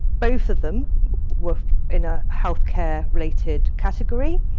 both of them were in a healthcare related category